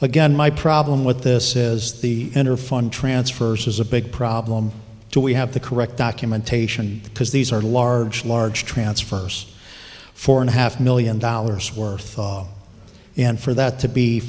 again my problem with this is the end or fun transfers is a big problem do we have the correct documentation because these are large large transfers four and a half million dollars worth and for that to be